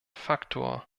faktor